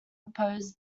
opposed